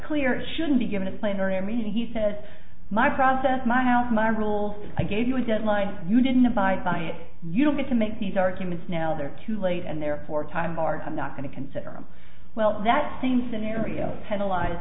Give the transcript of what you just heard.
clear it shouldn't be given a plane or a meeting he said my process my house my role i gave you a deadline you didn't abide by it you don't get to make these arguments now they're too late and therefore time mark i'm not going to consider them well that same scenario penalize